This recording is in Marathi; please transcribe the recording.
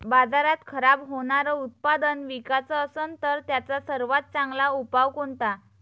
बाजारात खराब होनारं उत्पादन विकाच असन तर त्याचा सर्वात चांगला उपाव कोनता?